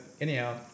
anyhow